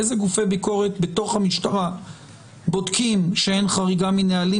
איזה גופי ביקורת בתוך המשטרה בודקים שאין חריגה מנהלים